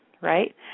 right